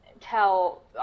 tell